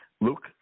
Luke